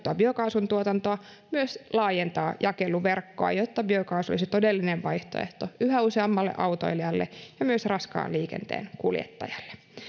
lisätä hajautettua biokaasun tuotantoa myös laajentaa jakeluverkkoa jotta biokaasu olisi todellinen vaihtoehto yhä useammalle autoilijalle ja myös raskaan liikenteen kuljettajalle